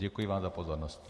Děkuji vám za pozornost.